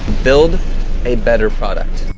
build a better product.